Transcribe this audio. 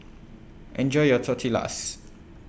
Enjoy your Tortillas